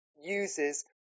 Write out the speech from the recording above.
uses